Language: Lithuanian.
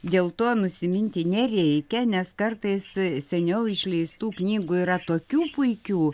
dėl to nusiminti nereikia nes kartais seniau išleistų knygų yra tokių puikių